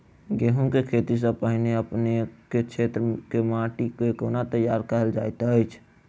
गेंहूँ केँ खेती सँ पहिने अपनेक केँ क्षेत्र मे माटि केँ कोना तैयार काल जाइत अछि?